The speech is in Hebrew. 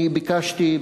אני ביקשתי,